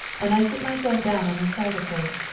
and i sit myself down on the side of her.